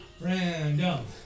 Random